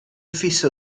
fisso